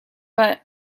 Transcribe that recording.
but